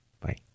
Bye